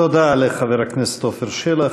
תודה לחבר הכנסת עפר שלח.